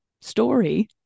story